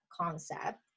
concept